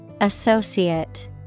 Associate